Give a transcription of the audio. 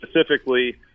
specifically